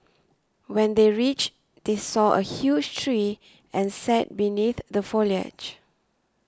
when they reached they saw a huge tree and sat beneath the foliage